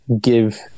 give